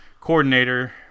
Coordinator